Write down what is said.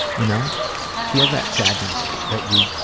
y'know? feel that sadness that you